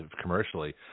commercially